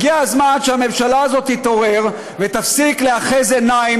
הגיע הזמן שהממשלה הזאת תתעורר ותפסיק לאחז עיניים,